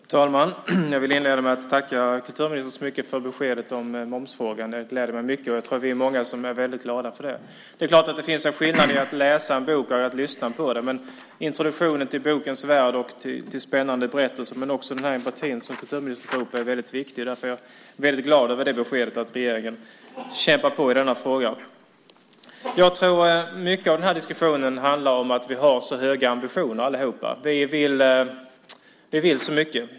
Herr talman! Jag vill inleda med att tacka kulturministern för beskedet i momsfrågan. Det gläder mig mycket. Jag tror att vi är många som är glada åt detta. Det är klart att det är en skillnad mellan att läsa en bok och att lyssna på den, men introduktionen till bokens värld, till spännande berättelser och till empatin som kulturministern nämner är mycket viktig. Därför är jag glad över beskedet att regeringen kämpar på i denna fråga. Mycket av diskussionen handlar om att vi alla har så höga ambitioner. Vi vill så mycket.